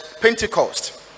Pentecost